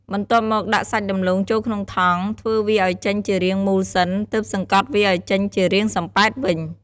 បន្ទាប់មកដាក់សាច់ដំឡូងចូលក្នុងថង់ ធ្វើវាឲ្យចេញជារាងមូលសិន ទើបសង្កត់វាឲ្យចេញជារាងសំប៉ែតវិញ។